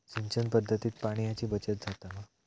सिंचन पध्दतीत पाणयाची बचत जाता मा?